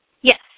Yes